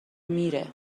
میره